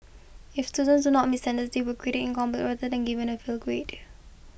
if students do not meet standards they were graded incomplete rather than given an fail grade